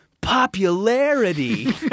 popularity